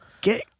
get